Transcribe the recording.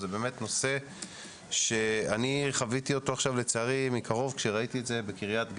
זה נושא שאני חוויתי עכשיו לצערי מקרוב כשראיתי את זה בקריית גת,